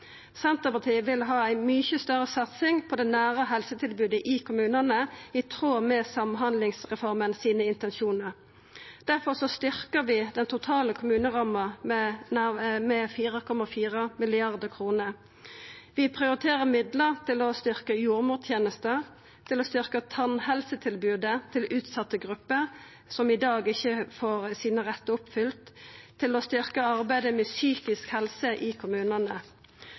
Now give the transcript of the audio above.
Senterpartiet vil ha ei mykje større satsing på det nære helsetilbodet i kommunane, i tråd med intensjonane i samhandlingsreforma. Difor styrkjer vi den totale kommuneramma med 4,4 mrd. kr. Vi prioriterer midlar til å styrkja jordmortenesta, til å styrkja tannhelsetilbodet til utsette grupper som i dag ikkje får rettane sine oppfylte, og til å styrkja arbeidet med psykisk helse i kommunane.